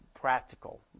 practical